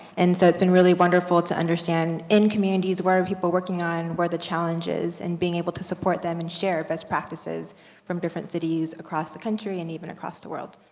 and so it's been really wonderful to understand in communities, what are people working on, where are the challenges, and being able to support them and share best practices from different cities across the country, and even across the world.